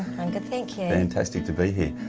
i'm good, thank you. fantastic to be here.